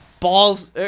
Balls